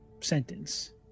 sentence